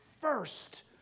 first